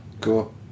Cool